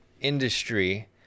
industry